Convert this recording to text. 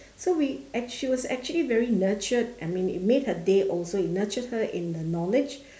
so we ac~ she was actually very nurtured I mean it made her day also it nurtures her in the knowledge